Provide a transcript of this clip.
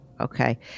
Okay